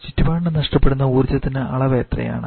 ചുറ്റുപാടിന് നഷ്ടപ്പെടുന്ന ഊർജ്ജത്തിന് അളവ് എത്രയാണ്